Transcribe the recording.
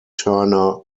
turner